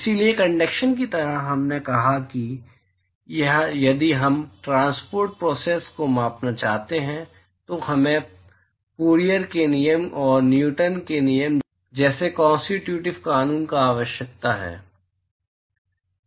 इसलिए कंडक्शन की तरह हमने कहा कि यदि हम ट्रांसपोर्ट प्रोसेस को मापना चाहते हैं तो हमें फूरियर के नियम और न्यूटन के नियम जैसे कॉन्स्टीट्यूटिव कानून की आवश्यकता है